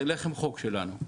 זה לחם חוק שלנו.